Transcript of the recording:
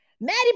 Maddie